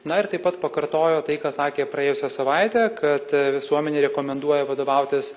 na ir taip pat pakartojo tai ką sakė praėjusią savaitę kad visuomenė rekomenduoja vadovautis